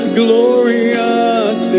glorious